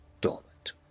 dormant